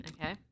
Okay